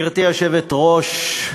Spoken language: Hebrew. גברתי היושבת-ראש,